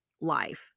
life